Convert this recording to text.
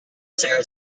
sarah